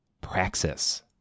Praxis